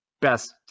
Best